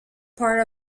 part